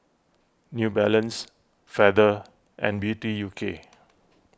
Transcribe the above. New Balance Feather and Beauty U K